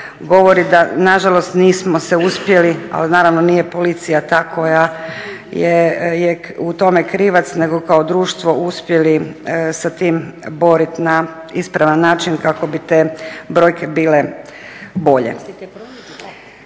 govori da nažalost nismo se uspjeli, ali naravno nije policija ta koja je u tome krivac nego kao društvo uspjeli sa tim borit na ispravan način kako bi te brojke bile bolje.